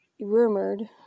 Rumored